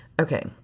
Okay